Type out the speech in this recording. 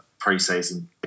pre-season